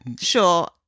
Sure